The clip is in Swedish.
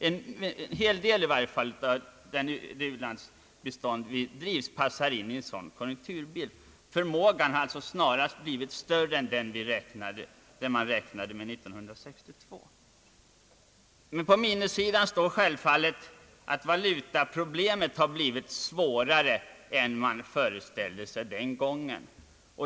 En del av u-landsbiståndet passar in i en sådan politik. Mot detta står självfallet att valutaproblemet blivit svårare än man föreställde sig den gången.